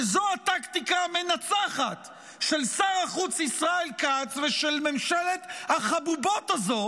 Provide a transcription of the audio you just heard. כי זו הטקטיקה המנצחת של שר החוץ ישראל כץ ושל ממשלת החבובות הזו,